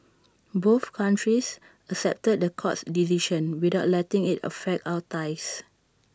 both countries accepted the court's decision without letting IT affect our ties